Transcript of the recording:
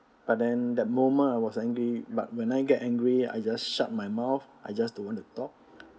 but then that moment I was angry but when I get angry I just shut my mouth I just don't want to talk